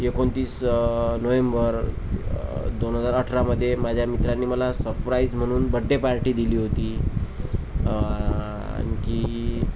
एकोणतीस नोहेंबर दोन हजार अठरा मध्ये माझ्या मित्रांनी मला सप्राईज म्हणून बड्डे पार्टी दिली होती आणखी